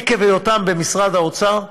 עקב היותם במשרד האוצר,